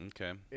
Okay